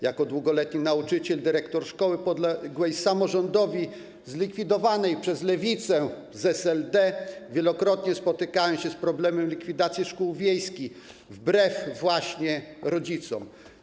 Jako długoletni nauczyciel, dyrektor szkoły podległej samorządowi, zlikwidowanej przez lewicę z SLD, wielokrotnie spotykałem się z problemem likwidacji szkół wiejskich wbrew właśnie rodzicom.